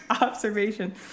observation